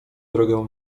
drogę